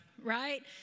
right